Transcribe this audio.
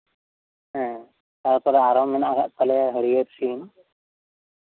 ᱦᱮᱸ ᱛᱟᱨᱯᱚᱨᱮ ᱟᱨᱚ ᱢᱮᱱᱟᱜ ᱠᱟᱜ ᱛᱟᱞᱮᱭᱟ ᱦᱟᱹᱨᱭᱟᱹᱲ ᱥᱤᱢ